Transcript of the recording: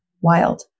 wild